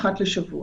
אחת לשבוע,